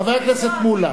חבר הכנסת מולה.